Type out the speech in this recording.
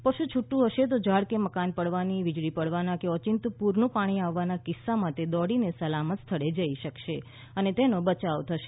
પશુ છુટું હશે તો ઝાડ કે મકાન પડવાના વીજળી પડવાના કે ઓચિંતું પૂરતું પાણી આવવાના કિસ્સામાં તે દોડીને સલામત સ્થળે જઇ શકશે અને તેનો બચાવ થશે